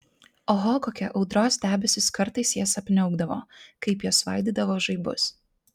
oho kokie audros debesys kartais jas apniaukdavo kaip jos svaidydavo žaibus